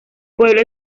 pueblo